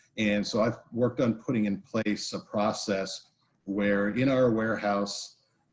and so i've worked on putting in place a process where in our warehouse,